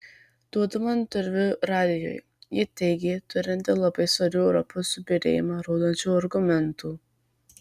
duodama interviu radijui ji teigė turinti labai svarių europos subyrėjimą rodančių argumentų